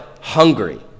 hungry